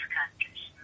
countries